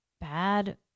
bad